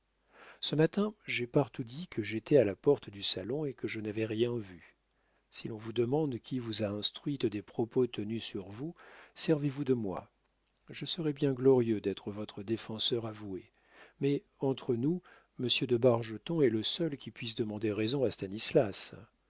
ce matin j'ai partout dit que j'étais à la porte du salon et que je n'avais rien vu si l'on vous demande qui vous a instruite des propos tenus sur vous servez-vous de moi je serais bien glorieux d'être votre défenseur avoué mais entre nous monsieur de bargeton est le seul qui puisse demander raison à